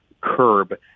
curb